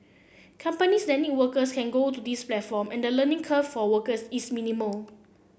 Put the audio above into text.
companies that need workers can go to this platform and the learning curve for workers is minimal